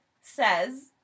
Says